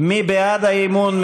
מי בעד האי-אמון?